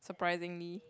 surprisingly